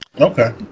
Okay